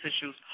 issues